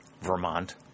Vermont